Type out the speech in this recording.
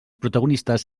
protagonistes